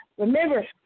Remember